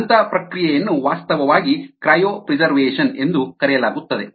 ಅಂತಹ ಪ್ರಕ್ರಿಯೆಯನ್ನು ವಾಸ್ತವವಾಗಿ ಕ್ರಯೋಪ್ರೀಜ್ರ್ವಶನ್ ಎಂದು ಕರೆಯಲಾಗುತ್ತದೆ